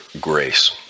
grace